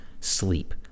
sleep